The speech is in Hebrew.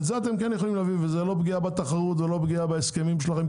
את זה אתם כן יכולים לתת וזו לא פגיעה בתחרות ולא פגיעה בהסכמים שלכם,